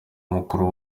mukuru